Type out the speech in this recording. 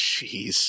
Jeez